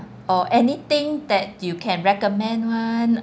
or anything that you can recommend one